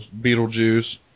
Beetlejuice